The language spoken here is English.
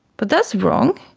but that's wrong.